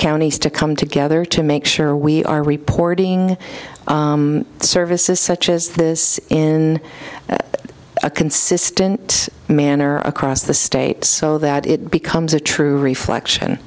counties to come together to make sure we are reporting services such as this in a consistent manner across the state so that it becomes a true reflection